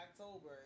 October